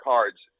Cards